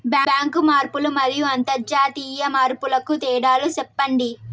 Bank మార్పులు మరియు అంతర్జాతీయ మార్పుల కు తేడాలు సెప్పండి?